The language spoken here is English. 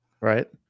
right